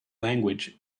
language